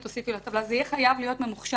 תוסיפי לטבלה.